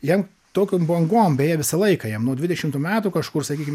jam tokiom bangom beje visą laiką jam nuo dvidešimtų metų kažkur sakykim